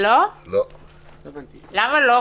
למה לא?